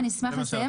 אני אשמח לסיים.